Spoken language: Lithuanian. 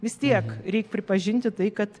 vis tiek reik pripažinti tai kad